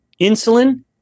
insulin